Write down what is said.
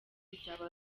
bizaba